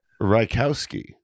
Rykowski